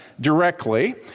directly